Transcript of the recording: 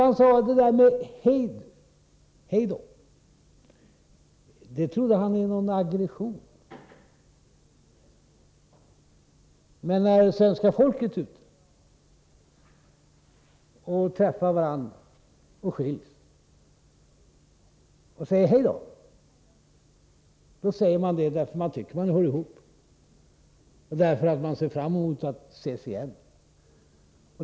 Han tror att ”hej då” var uttryck för aggression. Men när svenska folket är ute, träffar varandra och skiljs, då säger man ”hej då” därför att man tycker att man hör ihop och ser fram emot att ses igen.